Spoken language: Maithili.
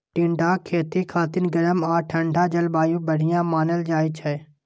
टिंडाक खेती खातिर गरम आ ठंढा जलवायु बढ़िया मानल जाइ छै